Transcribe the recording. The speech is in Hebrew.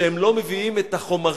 שהם לא מביאים את החומרים